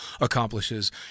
accomplishes